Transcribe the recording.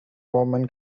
roman